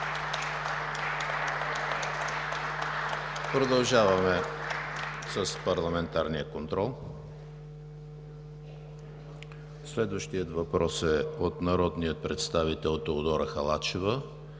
Продължаваме с парламентарния контрол. Следващият въпрос е от народния представител Теодора Халачева